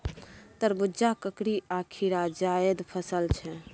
तरबुजा, ककरी आ खीरा जाएद फसल छै